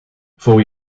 voor